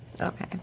Okay